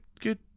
good